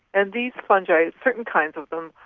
and these fungi, certain kinds of them,